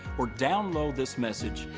or download this message,